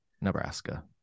nebraska